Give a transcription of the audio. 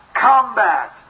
combat